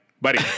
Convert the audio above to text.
buddy